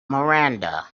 miranda